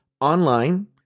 online